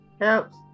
helps